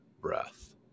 breath